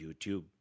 YouTube